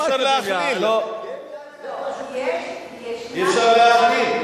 יש אקדמיה טובה ויש אקדמיה רעה.